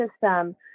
system